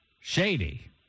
Shady